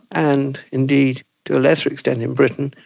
and indeed to a lesser extent in britain,